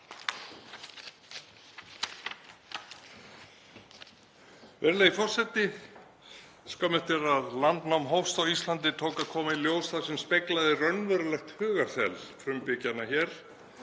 Virðulegur forseti. Skömmu eftir að landnám hófst á Íslandi tók að koma í ljós það sem speglaði raunverulegt hugarþel frumbyggjanna hér;